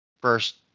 first